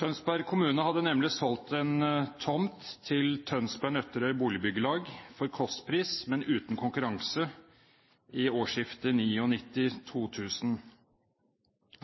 Tønsberg kommune hadde nemlig solgt en tomt til Tønsberg-Nøtterøy Boligbyggelag for kostpris, men uten konkurranse, ved årsskiftet 1999/2000.